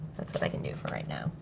that's what i can do for right now.